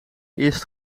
eerst